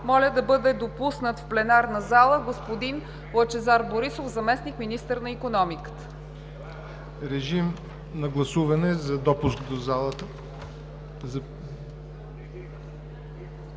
моля да бъде допуснат в пленарна зала господин Лъчезар Борисов – заместник-министър на икономиката. Режим на гласуване за допуск до залата.